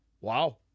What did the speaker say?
Wow